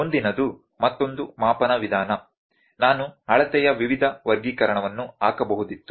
ಮುಂದಿನದು ಮತ್ತೊಂದು ಮಾಪನ ವಿಧಾನ ನಾನು ಅಳತೆಯ ವಿವಿಧ ವರ್ಗೀಕರಣವನ್ನು ಹಾಕಬಹುದಿತ್ತು